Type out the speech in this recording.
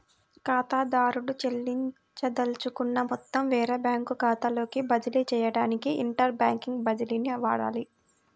ఖాతాదారుడు చెల్లించదలుచుకున్న మొత్తం వేరే బ్యాంకు ఖాతాలోకి బదిలీ చేయడానికి ఇంటర్ బ్యాంక్ బదిలీని వాడాలి